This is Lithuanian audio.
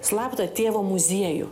slaptą tėvo muziejų